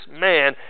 man